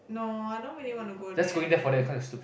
no I don't really wanna go there